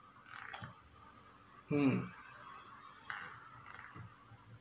mm